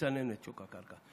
לצנן את שוק הקרקע.